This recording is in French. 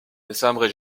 décembre